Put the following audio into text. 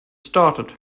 started